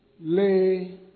lay